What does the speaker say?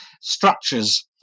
structures